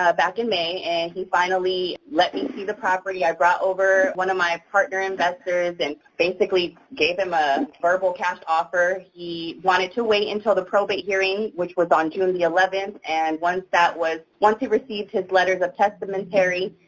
ah back in may. and he finally let me see the property. i brought over one of my partner investors and basically gave him a verbal cash offer. he wanted to wait until the probate hearing, which was on june the eleventh. and once that was once he received his letters of testamentary.